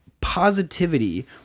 positivity